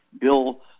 bill